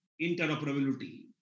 interoperability